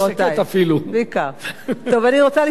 אני רוצה לפתוח בווידוי קטן,